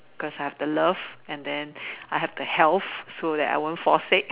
cause I have the love and then I have the health so that I won't fall sick